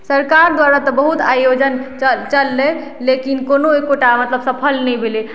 सरकार द्वारा तऽ बहुत आयोजन चल चललै लेकिन कोनो एकोटा मतलब सफल नहि भेलै